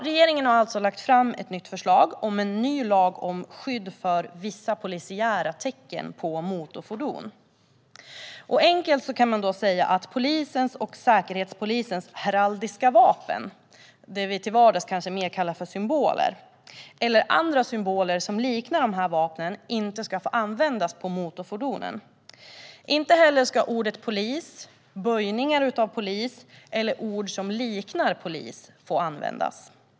Regeringen har alltså lagt fram ett förslag om en ny lag om skydd för vissa polisiära tecken på motorfordon. Enkelt kan man säga att polisens och Säkerhetspolisens heraldiska vapen - som vi till vardags kanske snarare kallar symboler - eller andra symboler som liknar dessa vapen inte ska få användas på motorfordon. Inte heller ska ordet polis, böjningar av polis eller ord som liknar polis få användas.